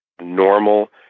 normal